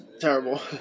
terrible